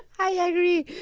i agree.